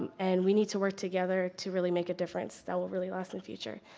and we need to work together to really make a difference that will really last in future.